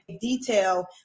detail